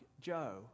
Joe